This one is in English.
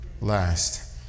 last